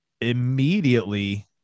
immediately